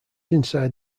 inside